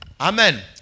Amen